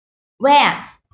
where ah